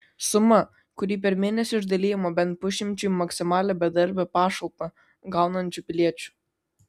suma kuri per mėnesį išdalijama bent pusšimčiui maksimalią bedarbio pašalpą gaunančių piliečių